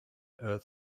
earth